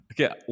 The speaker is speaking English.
Okay